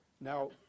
Now